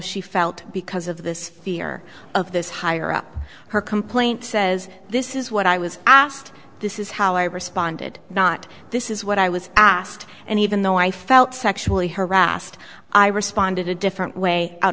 she felt because of this fear of this higher up her complaint says this is what i was asked this is how i responded not this is what i was asked and even though i felt sexually harassed i responded a different way out